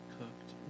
cooked